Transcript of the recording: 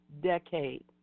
Decade